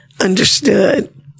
understood